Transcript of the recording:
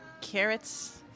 Carrots